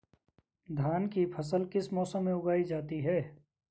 धान की फसल किस मौसम में उगाई जाती है?